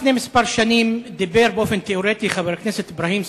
לפני כמה שנים דיבר באופן תיאורטי חבר הכנסת אברהים צרצור,